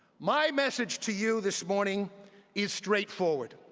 my message to you this morning is straightforward